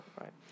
right